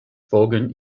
vaughan